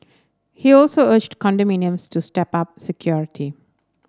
he also urged condominiums to step up security